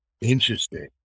Interesting